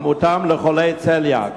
מזון המותאם לחולי צליאק.